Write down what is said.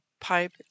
pipe